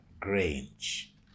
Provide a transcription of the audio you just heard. Grange